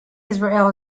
israeli